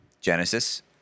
Genesis